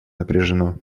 напряжено